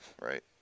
right